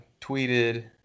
tweeted